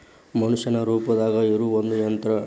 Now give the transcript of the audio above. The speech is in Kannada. ಮನಷ್ಯಾನ ರೂಪದಾಗ ಇರು ಒಂದ ಯಂತ್ರ